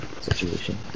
situation